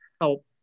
help